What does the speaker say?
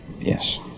Yes